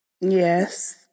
yes